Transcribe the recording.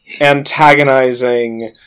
antagonizing